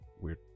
weird